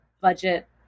budget